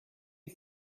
you